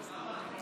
הבין-לאומי,